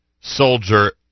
soldier